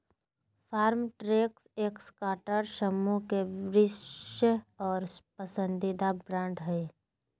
Farmtrac Escorts समूह के विश्वासी और पसंदीदा ब्रांड हइ